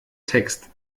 text